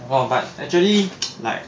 !wah! but actually like